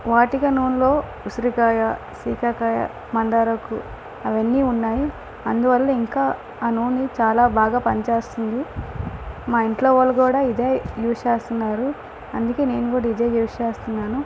వాటిక నూనెలో ఉసిరికాయ శీకాకాయ మందారాకు అవన్నీ ఉన్నాయి అందువల్ల ఇంకా ఆ నూనె చాలా బాగా పని చేస్తుంది మా ఇంట్లో వాళ్ళు కూడా ఇదే యూజ్ చేస్తున్నారు అందుకని నేను కూడా ఇదే యూజ్ చేస్తున్నాను